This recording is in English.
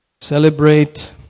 celebrate